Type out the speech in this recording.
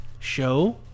show